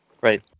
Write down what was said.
Right